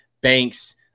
banks